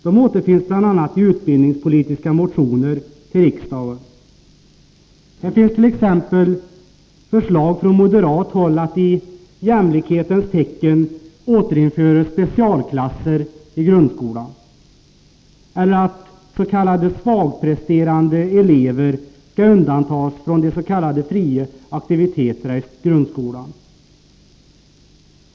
De återfinns bl.a. i utbildningspolitiska motioner till riksdagen. Här finns t.ex. förslag från moderat håll att man i jämlikhetens tecken skall återinföra specialklasser i grundskolan, eller att s.k. svagpresterande elever skall undantas från de s.k. fria aktiviteterna i grundskolan.